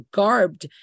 garbed